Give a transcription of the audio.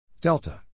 Delta